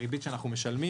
הריבית שאנחנו משלמים.